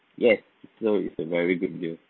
yes so it's a very good deal